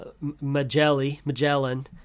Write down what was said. Magellan